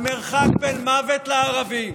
המרחק בין "מוות לערבים"